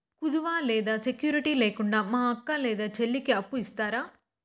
కుదువ లేదా సెక్యూరిటి లేకుండా మా అక్క లేదా చెల్లికి అప్పు ఇస్తారా?